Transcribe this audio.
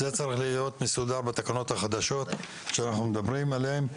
זה צריך להיות מסודר בתקנות החדשות שאנחנו מדברים עליהן.